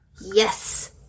yes